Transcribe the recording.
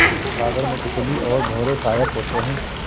परागण में तितली और भौरे सहायक होते है